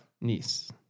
Niece